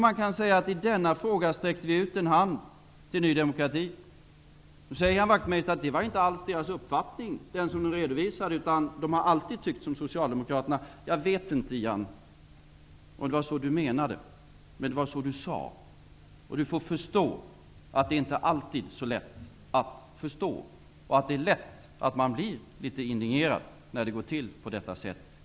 I denna fråga sträckte vi ut en hand till Ny demokrati. Nu säger Ian Wachtmeister att den uppfattning de redovisade inte alls var deras uppfattning, utan de har alltid tyckt som Socialdemokraterna. Jag vet inte om det var så Ian Wachtmeister menade. Men det var så han sade. Ian Wachtmeister får förstå att det inte alltid är så lätt att förstå. Det är lätt att bli litet indignerad när det går till på detta sätt.